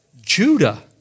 Judah